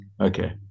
okay